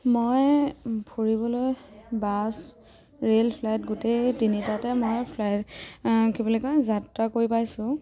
মই ফুৰিবলৈ bus rail flight গোটেই তিনিটাতে মই ফ্লাইট কি বুলি কয় যাত্ৰা কৰি পাইছোঁ